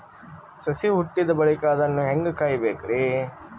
ಸಸಿ ಹುಟ್ಟಿದ ಬಳಿಕ ಅದನ್ನು ಹೇಂಗ ಕಾಯಬೇಕಿರಿ?